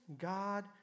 God